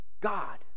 God